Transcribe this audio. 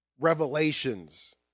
revelations